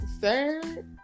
sir